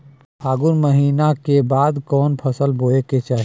फागुन महीना के बाद कवन फसल बोए के चाही?